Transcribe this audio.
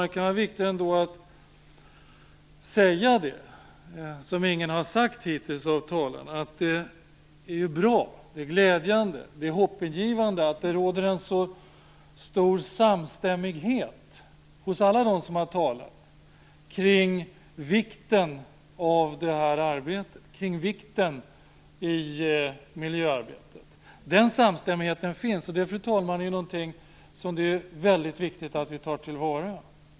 Det kan ändå vara viktigt att säga det som ingen av talarna hittills har sagt, nämligen att det är bra, glädjande och hoppingivande att det råder en så stor samstämmighet hos alla som har talat om vikten av miljöarbetet. Den samstämmigheten finns. Det är, fru talman, något som det är väldigt viktigt att vi tar till vara.